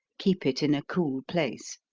keep it in a cool place.